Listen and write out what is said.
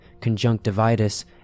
Conjunctivitis